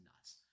nuts